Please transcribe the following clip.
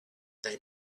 they